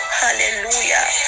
hallelujah